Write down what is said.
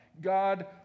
God